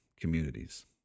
communities